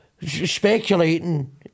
speculating